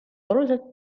oluliselt